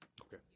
Okay